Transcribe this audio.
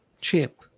Chip